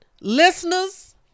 listeners